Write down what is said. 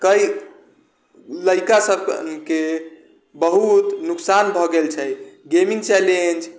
कइ लड़िका सबके बहुत नोकसान भऽ गेल छै गेमिंग चैलेंज